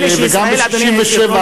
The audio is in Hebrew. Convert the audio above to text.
אדוני היושב-ראש,